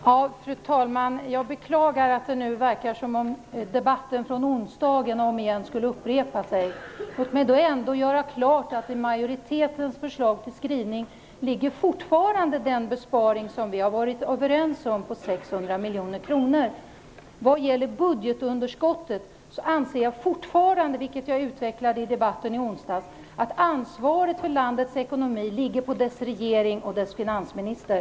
Fru talman! Jag beklagar att det verkar som att onsdagens debatt skulle komma att upprepas. Men låt mig göra klart, att med majoritetens förslag till skrivning ingår fortfarande den besparing på 600 miljoner kronor som vi har varit överens om. Vad gäller budgetunderskottet anser jag fortfarande, vilket jag utvecklade i debatten i onsdags, att ansvaret för landets ekonomi ligger på dess regering och dess finansminister.